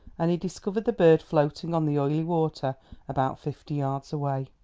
and he discovered the bird floating on the oily water about fifty yards away.